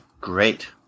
Great